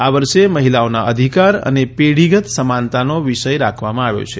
આ વર્ષે મહિલાઓના અધિકાર અને પેઢીગત સમાનતાનો વિષય રાખવામાં આવ્યો છે